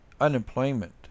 Unemployment